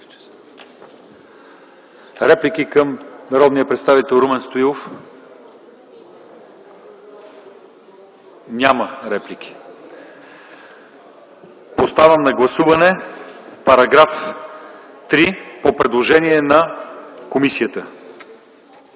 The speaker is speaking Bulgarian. Реплики към народния представител Румен Стоилов? Няма. Поставям на гласуване § 3 по предложение на комисията.